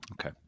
Okay